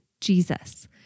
Jesus